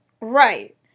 Right